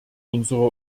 unsere